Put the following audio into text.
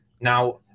Now